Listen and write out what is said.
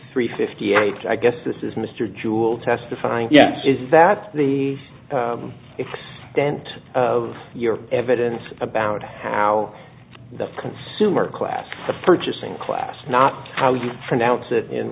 three fifty eight i guess this is mr jewel testifying is that the extent of your evidence about how the consumer class the purchasing class not how you pronounce it in